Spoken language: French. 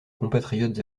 compatriotes